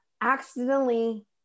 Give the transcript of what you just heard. Accidentally